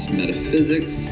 metaphysics